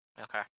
Okay